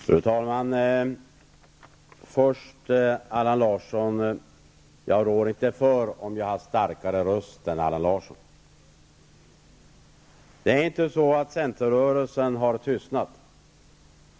Fru talman! Först, Allan Larsson: Jag rår inte för om jag har starkare röst än Allan Larsson. Det är inte så att centerrörelsen har tystnat.